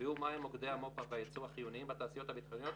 ייקבעו מהם מוקדי המו"פ והייצור החיוניים בתעשיות הביטחוניות